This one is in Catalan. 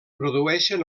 produeixen